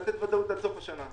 לתת ודאות עד סוף השנה.